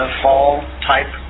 fall-type